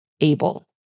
able